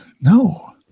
No